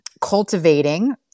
cultivating